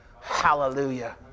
Hallelujah